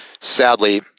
sadly